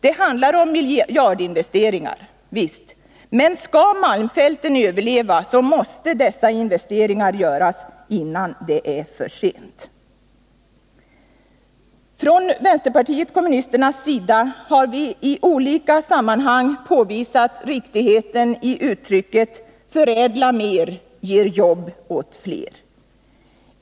Det handlar om miljardinvesteringar, visst, men skall malmfälten överleva så måste dessa investeringar göras innan det är för sent. Från vänsterpartiet kommunisternas sida har vi i olika sammanhang påvisat riktigheten i uttrycket: Förädla mer ger jobb åt fler.